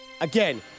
again